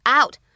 out